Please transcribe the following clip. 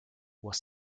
was